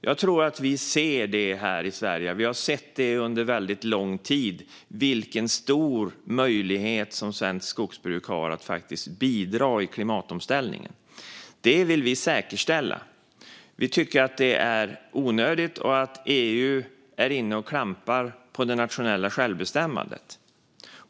Jag tror att vi ser det här i Sverige. Vi har sett under väldigt lång tid vilken stor möjlighet svenskt skogsbruk har att faktiskt bidra i klimatomställningen. Det vill vi säkerställa. Vi tycker att det här är onödigt, och vi tycker att EU är inne och klampar på det nationella självbestämmandet.